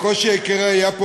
הקושי העיקרי פה היה,